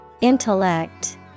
Intellect